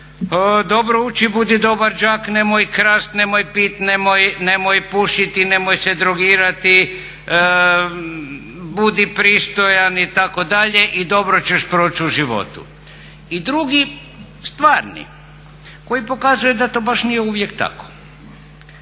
dobro uči, budi dobar đak, nemoj krasti, nemoj piti, nemoj pušiti, nemoj se drogirati, budi pristojan itd. i dobro ćeš proći u životu. I drugi stvarni koji pokazuje da to baš nije uvijek tako.